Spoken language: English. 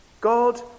God